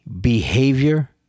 behavior